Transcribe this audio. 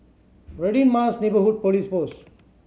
Radin Mas Neighbourhood Police Post